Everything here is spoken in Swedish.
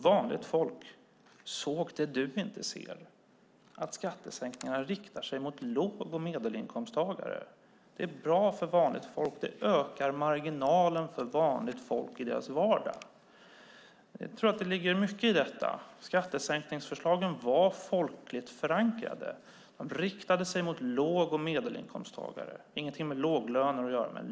Vanligt folk såg det du inte ser, nämligen att skattesänkningarna riktar sig till låg och medelinkomsttagare. Det är bra för vanligt folk. Det ökar marginalen för vanligt folk i deras vardag. Skattesänkningsförslagen var folkligt förankrade. De riktade sig till låg och medelinkomsttagare. Det har ingenting med låga löner att göra.